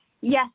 Yes